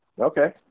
Okay